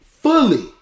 Fully